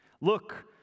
look